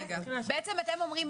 בעצם אתם אומרים,